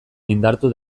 indartu